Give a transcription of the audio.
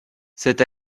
cet